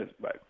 Bye